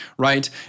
right